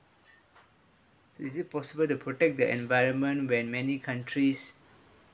is it possible to protect the environment when many countries